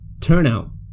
turnout